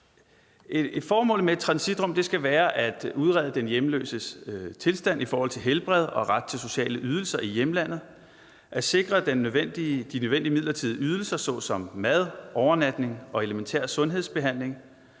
Formålet med et transitrum skal være at udrede den hjemløses tilstand i forhold til helbred og ret til sociale ydelser i hjemlandet, at sikre de nødvendige midler til ting som f.eks. mad, overnatning, elementær sundhedsbehandling,